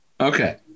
Okay